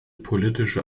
politische